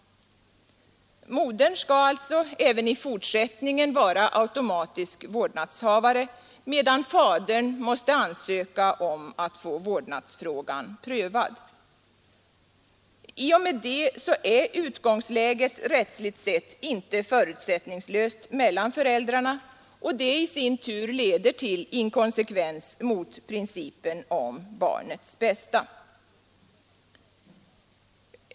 Modern skall alltså även i fortsättningen vara automatisk vårdnadshavare medan fadern måste ansöka om att få vårdnadsfrågan prövad. I och med det är utgångsläget rättsligt sett inte förutsättningslöst mellan föräldrarna och det i sin tur leder till inkonsekvens mot principen om barnets bästa.